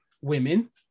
women